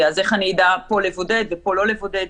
אז איך אני אדע פה לבודד ופה לא לבודד?